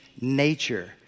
nature